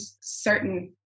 certain